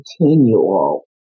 continual